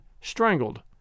strangled